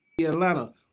Atlanta